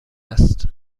است